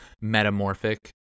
metamorphic